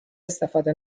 استفاده